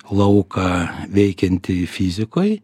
lauką veikiantį fizikoj